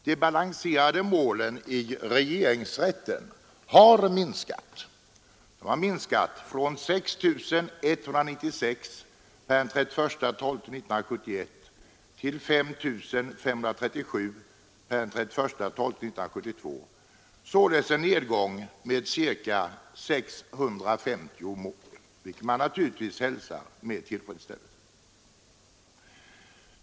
De balanserade målen i regeringsrätten har minskat från 6 196 per den 31 december 1971 till 5537 per den 31 december 1972, således en nedgång med ca 650 mål. Det kan man hälsa med tillfredsställelse.